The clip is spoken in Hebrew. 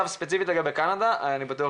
ספציפית לגבי קנדה אני בטוח